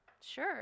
Sure